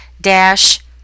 dash